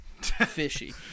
fishy